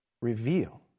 reveal